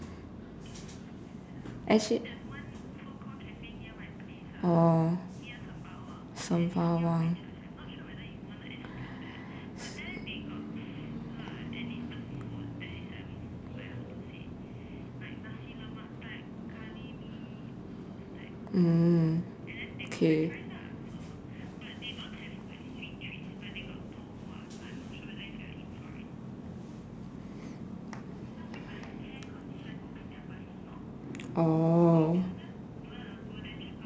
oh sembawang mm okay oh